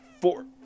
four